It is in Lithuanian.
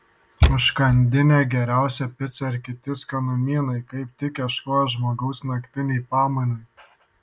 užkandinė geriausia pica ir kiti skanumynai kaip tik ieškojo žmogaus naktinei pamainai